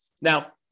Now